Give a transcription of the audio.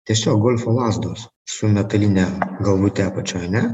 tiesiog golfo lazdos su metaline galvute apačioj ane